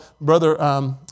Brother